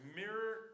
mirror